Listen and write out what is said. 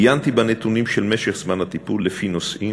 עיינתי בנתונים של משך זמן הטיפול לפי נושאים